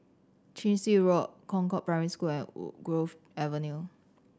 Chin Swee Road Concord Primary School and Woodgrove Avenue